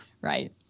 right